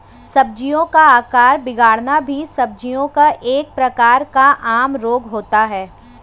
सब्जियों का आकार बिगड़ना भी सब्जियों का एक प्रकार का आम रोग होता है